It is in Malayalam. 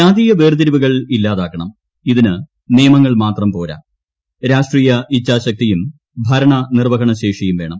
ജാതീയ വേർതിരിവുകൾ ഇല്ലാതാക്കണം ഇതിന് നിയമങ്ങൾ മാത്രം പോര രാഷ്ട്രീയ ഇച്ഛാശക്തിയും ഭരണ നിർവ്വഹണ ശേഷിയും വേണം